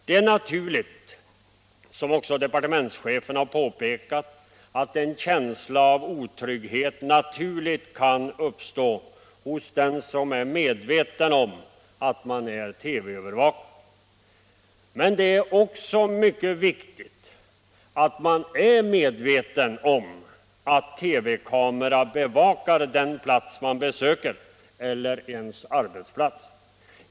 Det är naturligt, som också departementschefen påpekar, att en känsla av otrygghet lätt kan uppstå hos den som är medveten om att han är TV-övervakad. Men det är också mycket viktigt att man är medveten om att TV-kameror bevakar den plats man besöker eller ens arbetsplats.